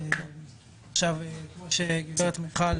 מיכל